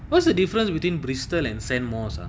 what's the difference between bristol and samosa